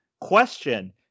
Question